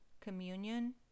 communion